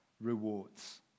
rewards